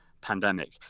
pandemic